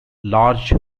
large